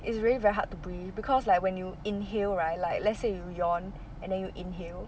it's really very hard to breathe because like when you inhale right like let's say you yawn and then you inhale